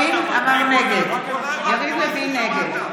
חברת הכנסת אבקסיס, פעם ראשונה.